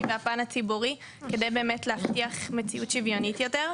והפן הציבורי כדי באמת להבטיח מציאות שוויונית יותר.